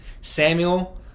Samuel